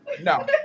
No